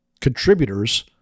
contributors